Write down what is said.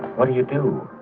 what do you do.